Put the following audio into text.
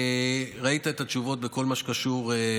ראית את התשובות בכל מה שקשור.